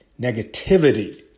negativity